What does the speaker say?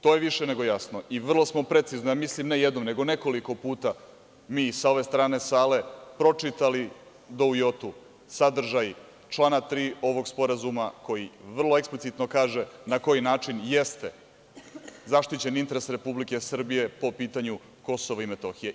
To je više nego jasno i vrlo smo precizno, ne jednom, nego nekoliko puta, mi sa ove strane sale, pročitali do u jotu sadržaj člana 3. ovog sporazuma koji vrlo eksplicitno kaže na koji način jeste zaštićen interes Republike Srbije po pitanju Kosova i Metohije.